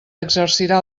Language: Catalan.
exercirà